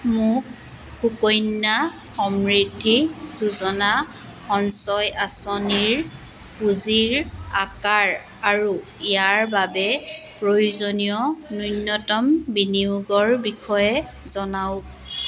মোক সুকন্যা সমৃদ্ধি যোজনা সঞ্চয় আঁচনিৰ পুঁজিৰ আকাৰ আৰু ইয়াৰ বাবে প্ৰয়োজনীয় ন্যূনতম বিনিয়োগৰ বিষয়ে জনাওক